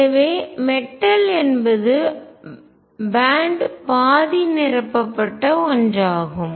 எனவே மெட்டல் என்பது பேண்ட் பாதி நிரப்பப்பட்ட ஒன்றாகும்